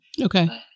okay